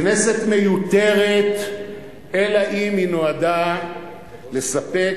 כנסת מיותרת, אלא אם היא נועדה לספק